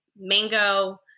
mango